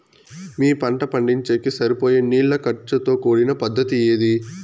మీ పంట పండించేకి సరిపోయే నీళ్ల ఖర్చు తో కూడిన పద్ధతి ఏది?